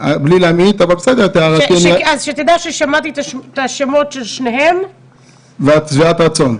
תדע ששמעתי את השמות של שניהם, ואני שבעת רצון.